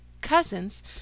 cousins